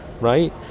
right